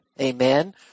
Amen